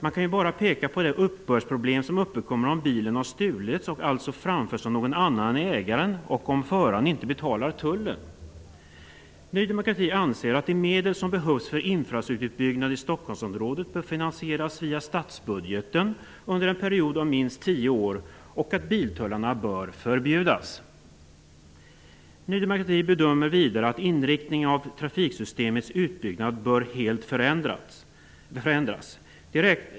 Man kan bara peka på det uppbördsproblem som uppkommer om bilen har stulits och alltså framförs av någon annan än ägaren och om föraren inte betalar tullen. Ny demokrati anser att de medel som behövs för infrastrukturutbyggnad i Stockholmsområdet bör finansieras via statsbudgeten under en period av minst tio år, och att biltullar bör förbjudas. Ny demokrati bedömer vidare att inriktningen av trafiksystemets utbyggnad helt bör förändras.